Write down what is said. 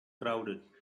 crowded